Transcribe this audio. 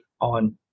on